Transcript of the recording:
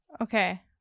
okay